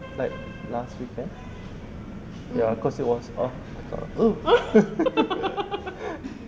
like last weekend lah cause it was ah my god ugh